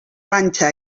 panxa